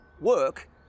work